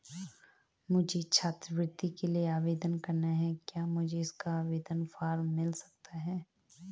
मुझे छात्रवृत्ति के लिए आवेदन करना है क्या मुझे इसका आवेदन फॉर्म मिल सकता है?